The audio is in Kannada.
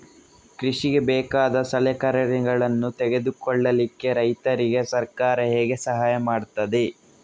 ಕೃಷಿಗೆ ಬೇಕಾದ ಸಲಕರಣೆಗಳನ್ನು ತೆಗೆದುಕೊಳ್ಳಿಕೆ ರೈತರಿಗೆ ಸರ್ಕಾರ ಹೇಗೆ ಸಹಾಯ ಮಾಡ್ತದೆ?